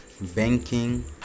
banking